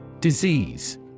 Disease